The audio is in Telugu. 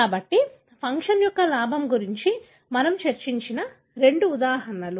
కాబట్టి ఫంక్షన్ యొక్క లాభం గురించి మనము చర్చించిన రెండు ఉదాహరణలు